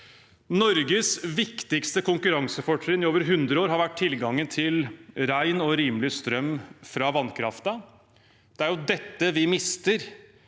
Norges viktigste konkurransefortrinn i over 100 år har vært tilgangen til ren og rimelig strøm fra vannkraften. Det er jo dette vi mister